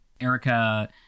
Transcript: Erica